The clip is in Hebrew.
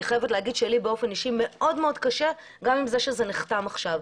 אני חייבת להגיד שבאופן אישי מאוד מאוד קשה לי גם עם זה שזה נחתם עכשיו.